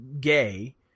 gay